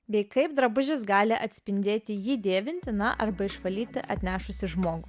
bei kaip drabužis gali atspindėti jį dėvintį na arba išvalyti atnešusį žmogų